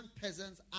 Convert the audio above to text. peasants